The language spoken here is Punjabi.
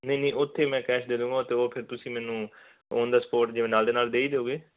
ਨਹੀਂ ਨਹੀਂ ਉੱਥੇ ਮੈਂ ਕੈਸ਼ ਦੇ ਦੂੰਗਾ ਉਹ ਅਤੇ ਉਹ ਫਿਰ ਤੁਸੀਂ ਮੈਨੂੰ ਓਨ ਦਾ ਸਪੋਰਟ ਜਿਵੇਂ ਨਾਲ ਦੇ ਨਾਲ ਦੇ ਹੀ ਦਿਓਗੇ